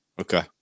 Okay